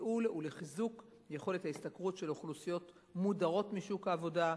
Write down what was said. לתיעול ולחיזוק יכולת ההשתכרות של אוכלוסיות מודרות משוק העבודה,